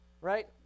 right